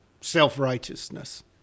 self-righteousness